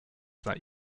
that